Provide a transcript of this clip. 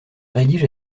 rédige